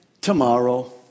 tomorrow